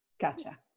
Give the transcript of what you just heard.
Gotcha